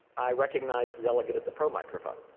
i recognize the delegate at the pro microphone.